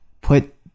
put